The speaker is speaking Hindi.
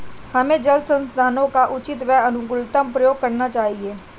हमें जल संसाधनों का उचित एवं अनुकूलतम प्रयोग करना चाहिए